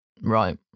right